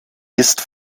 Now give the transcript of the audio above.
ist